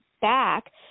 back